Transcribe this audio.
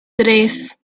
tres